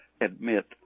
admit